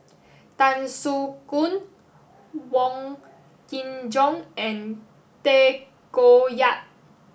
Tan Soo Khoon Wong Kin Jong and Tay Koh Yat